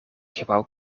gebouw